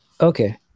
Okay